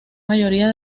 mayoría